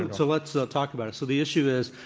and so let's ah talk about it. so, the issue is,